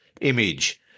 image